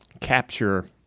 capture